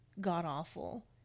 god-awful